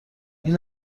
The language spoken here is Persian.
این